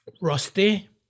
Rusty